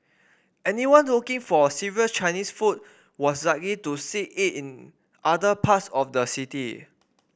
anyone looking for serious Chinese food was likely to seek it in other parts of the city